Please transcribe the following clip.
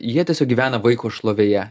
jie tiesiog gyvena vaiko šlovėje